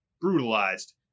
brutalized